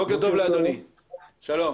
שלום